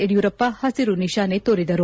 ಯಡಿಯೂರಪ್ಪ ಹಸಿರು ನಿಶಾನೆ ತೋರಿದರು